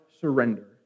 surrender